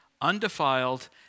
undefiled